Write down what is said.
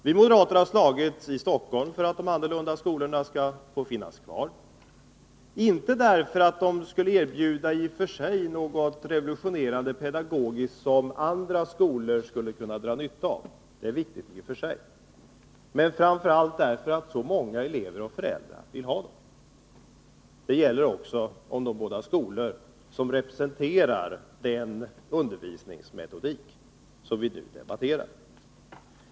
Vi moderater har slagits i Stockholm för att de annorlunda skolorna skall få finnas kvar, inte främst därför att de erbjuder en alternativ pedagogik, som andra skolor skulle kunna dra nytta av — vilket de i och för sig gör — utan framför allt därför att så många elever och föräldrar vill ha dem. Det gäller också om de båda skolor som representerar den undervisningsmetodik som vi nu debatterar.